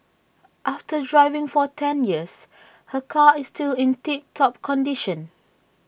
after driving for ten years her car is still in tip top condition